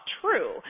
true